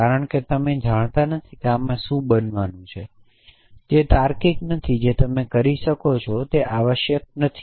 કારણ કે તમે જાણતા નથી કે આમાં શું બનવાનું છે તે તાર્કિક નથી જે તમે કરી શકો છો તે આવશ્યક નથી